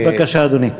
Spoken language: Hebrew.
בבקשה, אדוני.